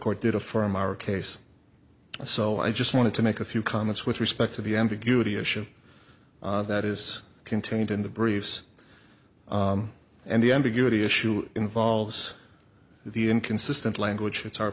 court did affirm our case so i just wanted to make a few comments with respect to the ambiguity issue that is contained in the briefs and the ambiguity issue involves the inconsistent language it's our